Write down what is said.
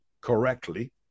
correctly